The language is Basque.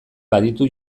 baditu